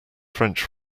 french